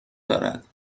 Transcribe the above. دارد